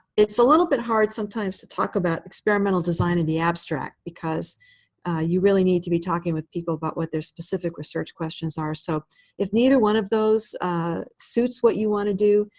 it's a little bit hard sometimes to talk about experimental design in the abstract because you really need to be talking with people about what their specific research questions are. so if neither one of those suits what you want to do,